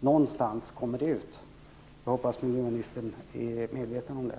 Någonstans kommer detta ut. Jag hoppas att miljöministern är medveten om det.